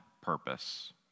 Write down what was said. purpose